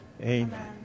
Amen